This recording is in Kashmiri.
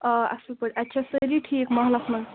آ اَصٕل پٲٹھۍ اَتہِ چھا سٲری ٹھیٖک محلَس منٛز